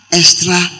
extra